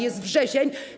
Jest wrzesień.